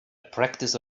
practice